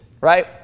right